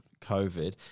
COVID